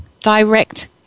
direct